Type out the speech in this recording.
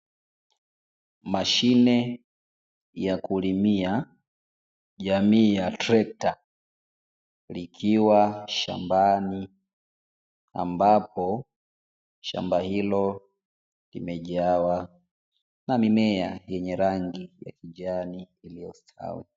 Mashine ya kulimia jamii ya trekta likiwa shambani, ambapo shamba hilo limejawa na mimea yenye rangi ya kijani iliyostawi.